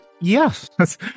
Yes